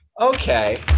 okay